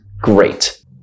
Great